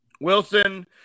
Wilson